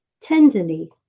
Tenderly